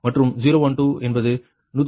36 மற்றும் 12 என்பது 116